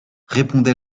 répondait